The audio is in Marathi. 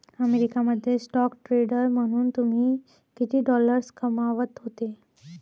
अमेरिका मध्ये स्टॉक ट्रेडर म्हणून तुम्ही किती डॉलर्स कमावत होते